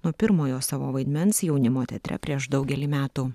nuo pirmojo savo vaidmens jaunimo teatre prieš daugelį metų